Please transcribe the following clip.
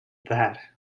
that